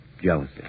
jealousy